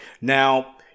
Now